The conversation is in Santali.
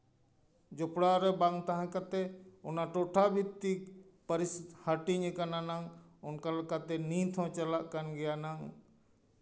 ᱡᱚᱯᱲᱟᱣ ᱨᱮ ᱵᱟᱝ ᱛᱟᱦᱮᱸ ᱠᱟᱛᱮ ᱚᱱᱟ ᱴᱚᱴᱷᱟ ᱵᱷᱤᱛᱛᱤᱠ ᱯᱟᱹᱨᱤᱥ ᱦᱟᱹᱴᱤᱧ ᱠᱟᱱᱟ ᱱᱟᱝ ᱚᱱᱠᱟ ᱞᱮᱠᱟᱛᱮ ᱱᱤᱛ ᱦᱚᱸ ᱪᱟᱞᱟᱜ ᱠᱟᱱᱟ ᱱᱟᱝ